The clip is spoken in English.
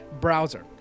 browser